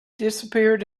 disappeared